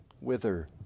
wither